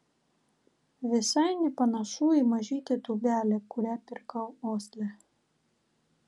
visai nepanašu į mažytę tūbelę kurią pirkau osle